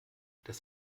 das